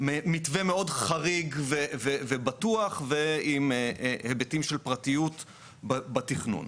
מתווה מאוד חריג ובטוח ועם היבטים של פרטיות בתכנון.